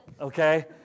okay